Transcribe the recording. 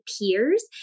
peers